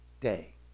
day